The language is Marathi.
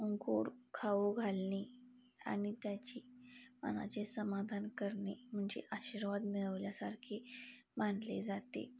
गोड खाऊ घालणे आणि त्याची मनाचे समाधान करणे म्हणजे आशिर्वाद मिळवल्यासारखे मानले जाते